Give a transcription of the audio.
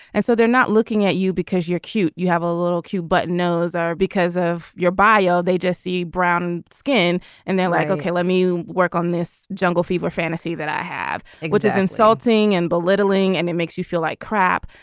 and so they're not looking at you because you're cute. you have a little cute but no's are because of your bio they just see brown skin and they're like ok let me work on this jungle fever fantasy that i have which is insulting and belittling and it makes you feel like crap.